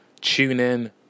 TuneIn